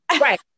Right